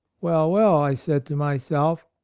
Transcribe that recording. well, well i said to myself,